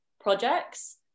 projects